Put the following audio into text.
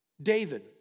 David